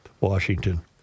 Washington